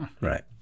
Right